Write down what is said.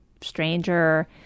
stranger